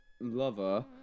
lover